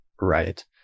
Right